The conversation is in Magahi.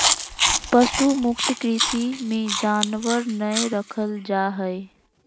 पशु मुक्त कृषि मे जानवर नय रखल जा हय